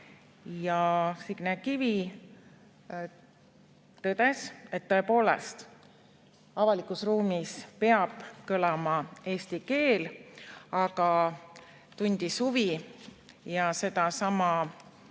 Signe Kivi tõdes, et tõepoolest avalikus ruumis peab kõlama eesti keel, aga tundis huvi – sedasama